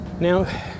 now